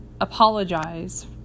apologize